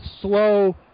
slow